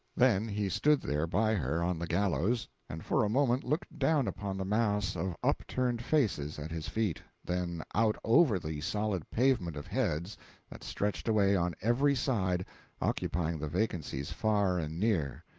then he stood there by her on the gallows, and for a moment looked down upon the mass of upturned faces at his feet, then out over the solid pavement of heads that stretched away on every side occupying the vacancies far and near,